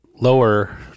lower